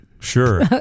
Sure